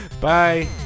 Bye